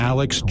Alex